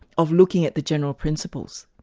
of looking at the general principles.